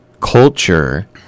culture